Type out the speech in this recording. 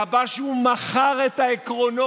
קרה שהוא מכר את העקרונות.